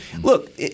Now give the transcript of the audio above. look